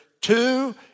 Two